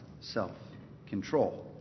self-control